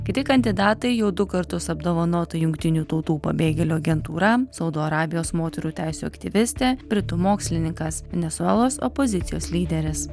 kiti kandidatai jau du kartus apdovanota jungtinių tautų pabėgėlių agentūra saudo arabijos moterų teisių aktyvistė britų mokslininkas venesuelos opozicijos lyderis